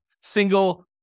single